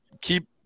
keep –